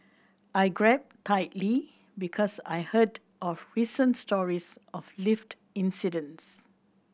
I grabbed tightly because I heard of recent stories of lift incidents